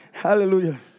Hallelujah